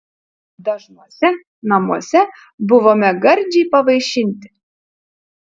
dažnuose namuose buvome gardžiai pavaišinti